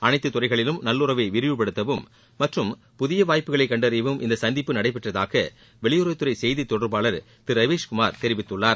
அனைத்து துறைகளிலும் நல்லுறவை விரிவுபடுத்தவும் மற்றும் புதிய வாய்ப்புகளை கண்டறியவும் இந்த சந்திப்பு நடைபெற்றதாக வெளியுறவுத்துறை செய்தி தொடர்பாளர் திரு ரவீஸ்குமார் தெரிவித்துள்ளார்